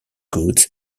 goods